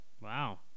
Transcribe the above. Wow